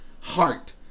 Heart